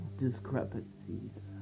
discrepancies